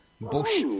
bush